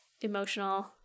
emotional